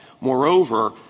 Moreover